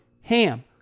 HAM